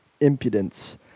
Impudence